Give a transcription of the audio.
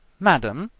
madam,